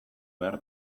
behar